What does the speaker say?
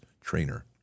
trainer